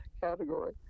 category